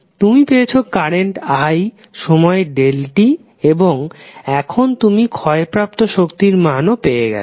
তুমি পেয়েছ current i সময় ∆t এবং এখন তুমি ক্ষয়প্রাপ্ত শক্তির মান ও পেয়ে গেছো